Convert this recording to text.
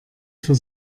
für